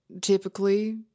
typically